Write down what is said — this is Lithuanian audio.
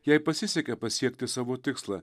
jei pasisekė pasiekti savo tikslą